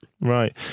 Right